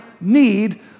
need